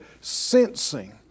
sensing